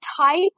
type